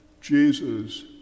Jesus